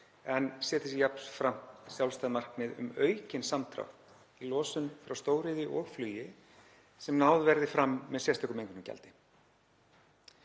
en setji sér jafnframt sjálfstæð markmið um aukinn samdrátt í losun frá stóriðju og flugi sem náð verði fram með sérstöku mengunargjaldi.“